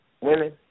women